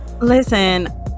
Listen